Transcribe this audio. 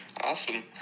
Awesome